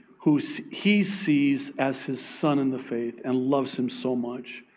who so he sees as his son in the faith, and loves him so much.